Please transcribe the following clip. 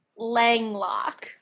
Langlock